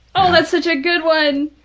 oh, that's such a good one.